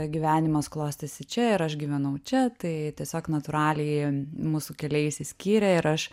gyvenimas klostėsi čia ir aš gyvenau čia tai tiesiog natūraliai mūsų keliai išsiskyrė ir aš